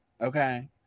okay